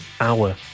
hour